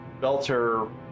belter